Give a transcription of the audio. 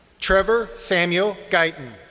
trevor samuel gaitin,